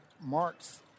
Marks